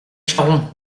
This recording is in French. charron